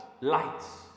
Lights